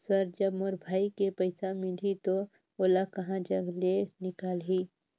Sir जब मोर भाई के पइसा मिलही तो ओला कहा जग ले निकालिही?